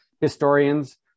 historians